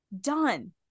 done